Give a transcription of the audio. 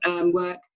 work